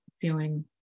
feeling